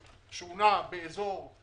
ויש תקציב הילולה.